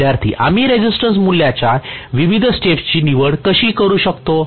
विद्यार्थीः आम्ही रेसिस्टन्स मूल्याच्या विविध स्टेप्स ची निवड कशी करू शकतो